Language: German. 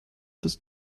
des